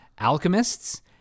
Alchemists